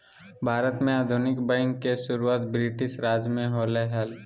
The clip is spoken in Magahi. भारत में आधुनिक बैंक के शुरुआत ब्रिटिश राज में होलय हल